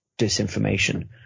disinformation